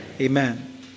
Amen